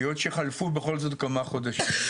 היות שחלפו בכל זאת כמה חודשים,